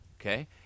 Okay